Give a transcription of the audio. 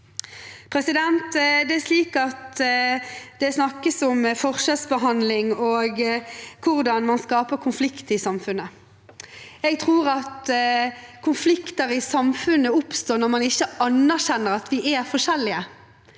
rettigheter. Det snakkes om forskjellsbehandling og hvordan man skaper konflikt i samfunnet. Jeg tror at konflikter i samfunnet oppstår når man ikke anerkjenner at vi er forskjellige.